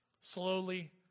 slowly